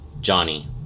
Johnny